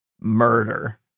murder